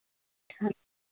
ਹਾ